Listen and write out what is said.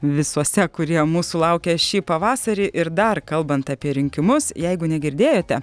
visuose kurie mūsų laukia šį pavasarį ir dar kalbant apie rinkimus jeigu negirdėjote